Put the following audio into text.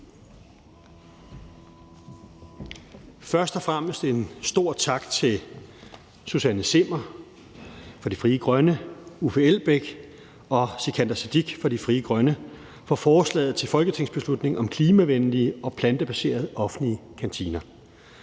Først og fremmest en stor tak til Susanne Zimmer, Uffe Elbæk og Sikandar Siddique fra Frie Grønne for forslaget til folketingsbeslutning om klimavenlige og plantebaserede offentlige kantiner.